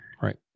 Right